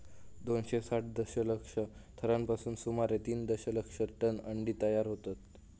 दोनशे साठ दशलक्ष थरांपासून सुमारे तीन दशलक्ष टन अंडी तयार होतत